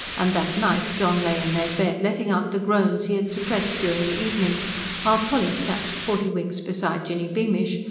and that night john lay in their bed, letting out the groans he had suppressed during the evening while polly snatched forty winks beside jinny beamish,